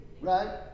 right